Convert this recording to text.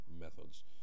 methods